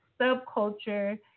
subculture